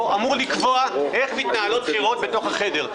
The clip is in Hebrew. אמור לקבוע איך מתנהלות בחירות בתוך החדר.